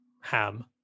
ham